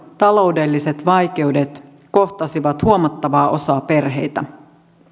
taloudelliset vaikeudet kohtasivat huomattavaa osaa perheistä